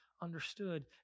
understood